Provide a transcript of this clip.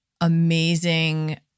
amazing